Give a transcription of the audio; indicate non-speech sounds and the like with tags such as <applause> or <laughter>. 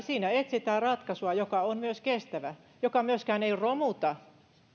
<unintelligible> siinä etsitään ratkaisua joka on myös kestävä joka myöskään ei romuta